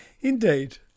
Indeed